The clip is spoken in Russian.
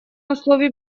условий